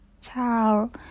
Ciao